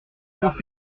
profite